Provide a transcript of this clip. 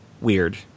weird